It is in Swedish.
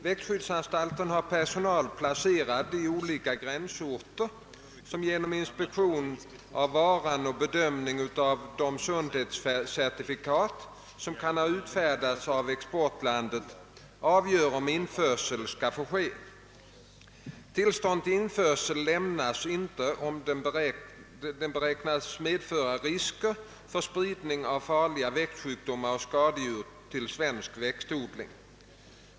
Växtskyddsanstalten har personal placerad i olika gränsorter som genom inspektion av varan och bedömning av de sundhetscertifikat som kan ha utfärdats av exportlandet avgör om införsel skall få ske. Tillstånd till införsel lämnas inte om den beräknas medföra risker för spridning av farliga växtsjukdomar och = skadedjur = till svensk växtodling.